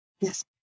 Yes